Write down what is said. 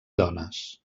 dones